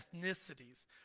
ethnicities